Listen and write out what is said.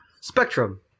Spectrum